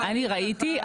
אני ראיתי,